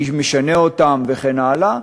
מי משנה אותן וכן הלאה,